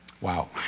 Wow